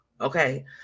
Okay